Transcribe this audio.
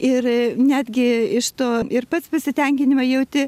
ir netgi iš to ir pats pasitenkinimą jauti